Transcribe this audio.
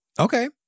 Okay